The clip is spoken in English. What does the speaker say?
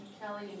Kelly